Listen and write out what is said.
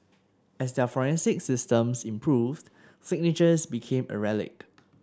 as their forensic systems improved signatures became a relic